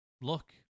look